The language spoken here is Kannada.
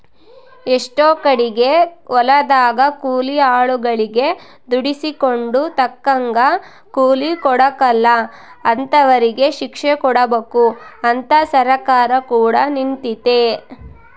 ಎಷ್ಟೊ ಕಡಿಗೆ ಹೊಲದಗ ಕೂಲಿ ಆಳುಗಳಗೆ ದುಡಿಸಿಕೊಂಡು ತಕ್ಕಂಗ ಕೂಲಿ ಕೊಡಕಲ ಇಂತರಿಗೆ ಶಿಕ್ಷೆಕೊಡಬಕು ಅಂತ ಸರ್ಕಾರ ಕೂಡ ನಿಂತಿತೆ